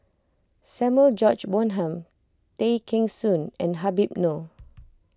Samuel George Bonham Tay Kheng Soon and Habib Noh